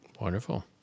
Wonderful